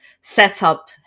setup